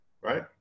right